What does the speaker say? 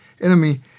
enemy